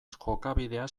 jokabidea